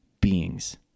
beings